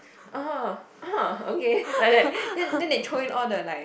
(uh huh) (uh huh) okay then after that they throw in all the like